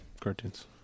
cartoons